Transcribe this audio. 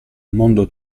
mondo